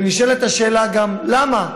נשאלת השאלה גם למה,